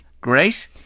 great